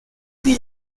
fui